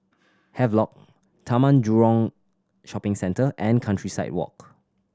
Havelock Taman Jurong Shopping Centre and Countryside Walk